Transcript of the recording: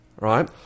Right